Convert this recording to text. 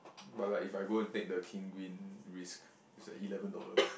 but like if I go take the risk it's eleven dollar